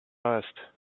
last